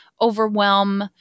overwhelm